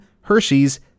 Hershey's